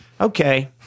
okay